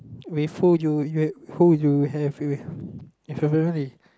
with who you ha~ who you have with if